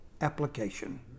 application